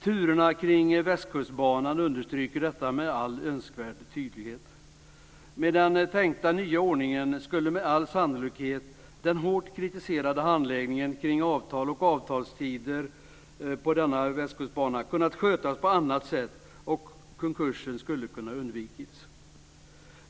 Turerna kring Västkustbanan understryker detta med all önskvärd tydlighet. Med den tänkta nya ordningen skulle med all sannolikhet den hårt kritiserade handläggningen kring avtal och avtalstider på denna västkustbana ha kunnat skötas på annat sätt och konkursen kunnat undvikas.